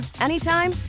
anytime